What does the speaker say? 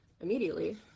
immediately